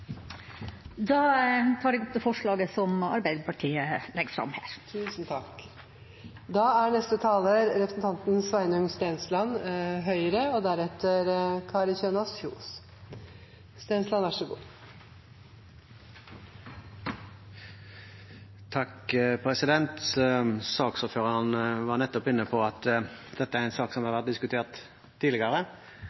Da tar jeg opp det forslaget som Arbeiderpartiet og Kristelig Folkeparti legger fram. Representanten Tove Karoline Knutsen har da tatt opp det forslaget hun refererte til. Saksordføreren var nettopp inne på at dette er en sak som har vært diskutert og utredet flere ganger tidligere.